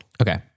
Okay